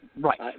Right